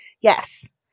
Yes